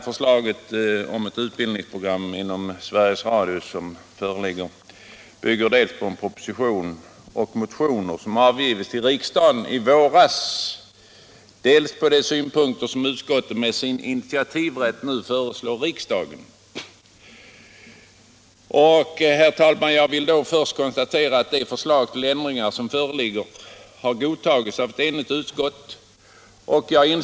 Radio och television i utbildningsväsendet har godtagits av ett enigt utskott.